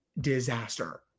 disaster